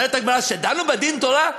אומרת הגמרא: שדנו בה דין תורה,